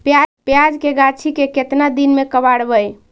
प्याज के गाछि के केतना दिन में कबाड़बै?